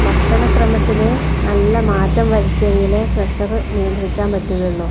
ഭക്ഷണക്രമത്തിൽ നല്ല മാറ്റം വരുത്തിയെങ്കിലേ പ്രെഷറ് നിയന്ത്രിക്കാൻ പറ്റുകയുള്ളൂ